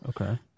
Okay